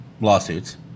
lawsuits